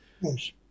Yes